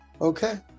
Okay